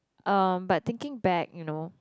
um but thinking back you know